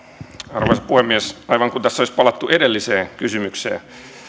arvoisa puhemies aivan kuin tässä olisi palattu edelliseen kysymykseen